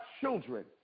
children